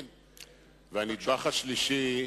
והנדבך השלישי,